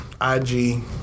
IG